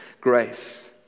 grace